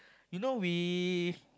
you know we